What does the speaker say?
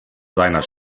seiner